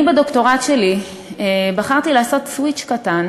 אני בדוקטורט שלי בחרתי לעשות סוויץ' קטן